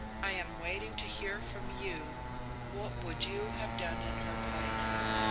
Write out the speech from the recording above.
i am waiting to hear from you what would you have done in her place?